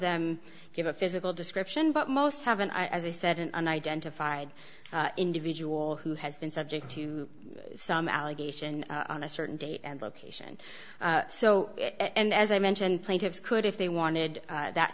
them give a physical description but most haven't i as i said an unidentified individual who has been subject to some allegation on a certain date and location so and as i mentioned plaintiffs could if they wanted that